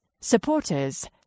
supporters